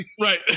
right